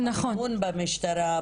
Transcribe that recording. באמון במשטרה,